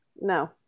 No